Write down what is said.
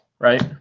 right